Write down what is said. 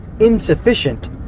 insufficient